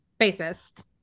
bassist